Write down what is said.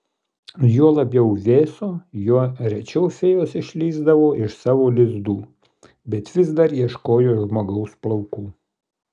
juo labiau vėso juo rečiau fėjos išlįsdavo iš savo lizdų bet vis dar ieškojo žmogaus plaukų